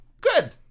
Good